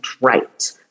right